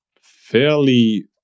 fairly